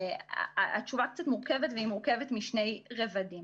התשובה קצת מורכבת, והיא מורכבת משני רבדים.